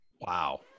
Wow